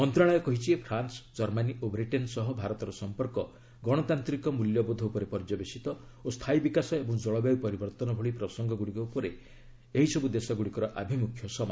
ମନ୍ତ୍ରଣାଳୟ କହିଛି France Germany ଓ ବ୍ରିଟେନ୍ ସହ ଭାରତର ସଫପର୍କ ଗଣତାନ୍ତ୍ରିକ ମୂଲ୍ୟବୋଧ ଉପରେ ପର୍ଯ୍ୟବସିତ ଓ ସ୍ଥାୟୀ ବିକାଶ ଏବଂ ଜଳବାୟୁ ପରିବର୍ତ୍ତନ ଭଳି ପ୍ରସଙ୍ଗଗୁଡ଼ିକ ଉପରେ ଏହିସବୁ ଦେଶଗୁଡ଼ିକର ଆଭିମୁଖ୍ୟ ସମାନ